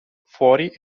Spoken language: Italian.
fuori